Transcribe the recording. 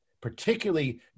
Particularly